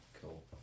cool